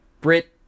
Brit